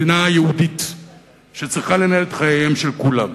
מדינה יהודית שצריכה לנהל את חייהם של כולם.